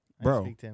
Bro